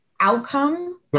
outcome